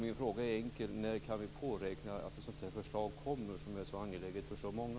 Min fråga är enkel: När kan vi påräkna att ett sådant här förslag kommer som är så angeläget för så många?